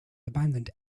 abandoned